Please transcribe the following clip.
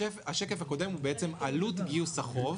השקף הקודם הוא עלות גיוס החוב.